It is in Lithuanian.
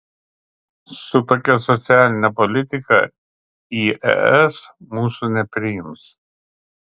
su tokia socialine politika į es mūsų nepriims